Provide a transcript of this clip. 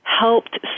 helped